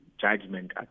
judgment